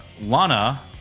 Lana